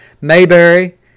Mayberry